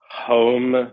home